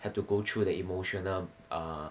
have to go through the emotional uh